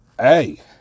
Hey